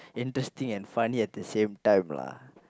interesting and funny at the same time lah